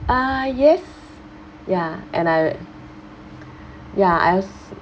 uh yes ya and I ya I als~